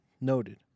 noted